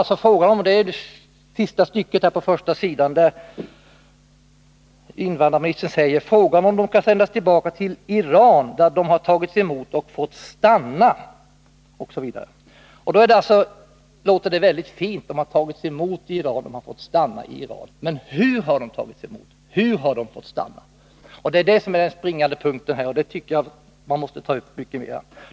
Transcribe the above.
Tinvandrarministerns svar heter det: ”Frågan om de kan sändas tillbaka till Iran, där de har tagits emot och fått stanna ———.” Det låter väldigt fint — de har tagits emot i Iran och fått stanna. Men hur har de tagits emot? Hur har de fått stanna? Det är detta som är den springande punkten här, och det tycker jag man måste ta upp mycket mera.